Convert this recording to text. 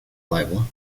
libel